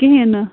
کِہیٖنٛۍ نہٕ